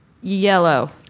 Yellow